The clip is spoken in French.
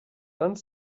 vingt